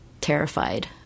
terrified